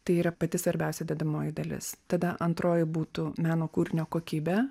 tai yra pati svarbiausia dedamoji dalis tada antroji būtų meno kūrinio kokybė